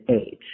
age